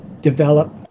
develop